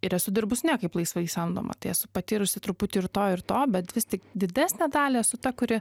ir esu dirbus ne kaip laisvai samdoma tais esu patyrusi truputį ir to ir to bet vis tik didesnę dalį esu ta kuri